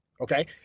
Okay